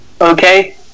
Okay